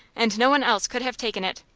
and no one else could have taken it.